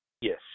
Yes